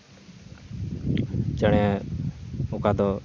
ᱪᱮᱬᱮ ᱚᱠᱟᱫᱚ